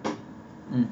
mm